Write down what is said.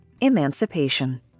Emancipation